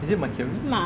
is it mercury